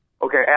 Okay